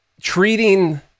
treating